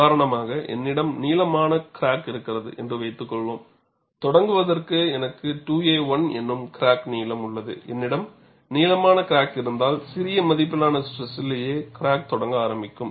உதாரணமாகஎன்னிடம் நீளமான கிராக் இருக்கிறது என்று வைத்துக்கொள்வோம் தொடங்குவதற்கு எனக்கு 2a1 எனும் கிராக் நீளம் உள்ளது என்னிடம் நீளமான கிராக் இருந்தால் சிறிய மதிப்பிலான ஸ்ட்ரெஸ்லியே கிராக் தொடங்க ஆரம்பிக்கும்